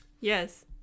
Yes